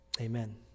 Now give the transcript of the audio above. Amen